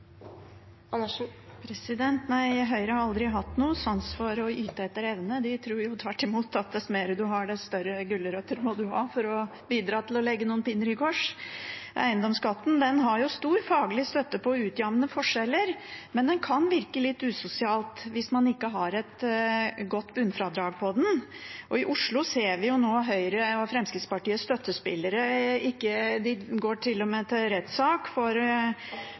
Nei, Høyre har aldri hatt noen sans for å yte etter evne. De tror tvert imot at jo mer du har, dess større gulrøtter må du ha for å legge noen pinner i kors. Eiendomsskatten har stor faglig støtte når det gjelder å utjamne forskjeller, men den kan virke litt usosial hvis man ikke har et godt bunnfradrag på den. I Oslo ser vi nå at Høyre og Fremskrittspartiets støttespillere til og med går til rettssak for